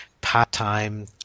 part-time